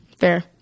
Fair